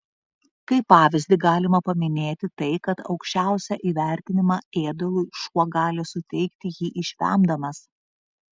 kaip pavyzdį galima paminėti tai kad aukščiausią įvertinimą ėdalui šuo gali suteikti jį išvemdamas